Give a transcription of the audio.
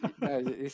no